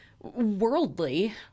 worldly